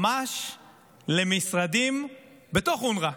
ממש למשרדים בתוך אונר"א.